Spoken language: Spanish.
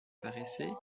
parece